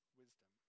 wisdom